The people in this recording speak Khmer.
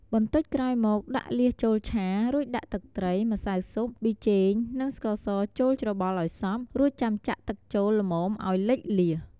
បន្តិចក្រោយមកដាក់លៀសចូលឆា រួចដាក់ទឹកត្រី ម្សៅស៊ុប ប៊ីចេង និងស្ករសចូលច្របល់ឱ្យសព្វ រួចចាំចាក់ទឹកចូលល្មមអោយលិចលៀស។